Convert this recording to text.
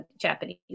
Japanese